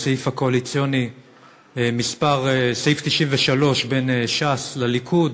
בסעיף 93 בהסכם הקואליציוני בין ש"ס לליכוד